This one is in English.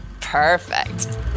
perfect